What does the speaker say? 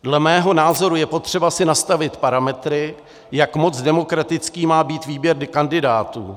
Dle mého názoru je potřeba si nastavit parametry, jak moc demokratický má být výběr kandidátů.